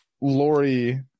Lori